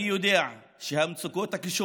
אני יודע שהמצוקות הקשות